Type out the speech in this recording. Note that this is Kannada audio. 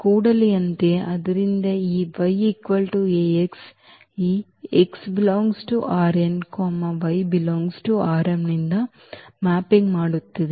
ಆದ್ದರಿಂದ ಈ y Ax ಈ ನಿಂದ ಮ್ಯಾಪಿಂಗ್ ಮಾಡುತ್ತಿದೆ